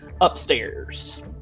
upstairs